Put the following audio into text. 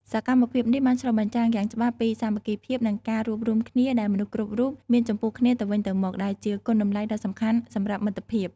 សកម្មភាពនេះបានឆ្លុះបញ្ចាំងយ៉ាងច្បាស់ពីសាមគ្គីភាពនិងការរួបរួមគ្នាដែលមនុស្សគ្រប់រូបមានចំពោះគ្នាទៅវិញទៅមក ដែលជាគុណតម្លៃដ៏សំខាន់សម្រាប់មិត្តភាព។